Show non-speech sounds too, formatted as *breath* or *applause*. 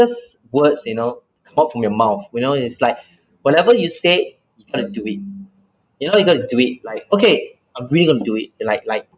this words you know what from your mouth you know it is like *breath* whatever you said you gotta do it you know you gotta do it like okay I'm really gonna do it like like